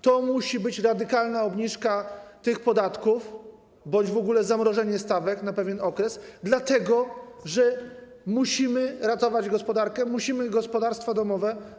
To musi być radykalna obniżka tych podatków bądź w ogóle zamrożenie stawek na pewien okres, dlatego że musimy ratować gospodarkę, musimy ratować gospodarstwa domowe.